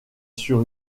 sur